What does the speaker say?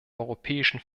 europäischen